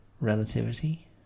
relativity